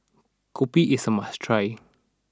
Kopi is a must try